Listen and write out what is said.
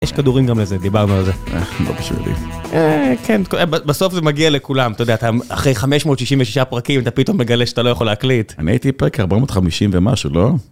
יש כדורים גם לזה, דיברנו על זה. אה, לא בשבילי. אה, כן, בסוף זה מגיע לכולם, אתה יודע, אחרי 566 פרקים אתה פתאום מגלה שאתה לא יכול להקליט. אני הייתי פרק 450 ומשהו, לא?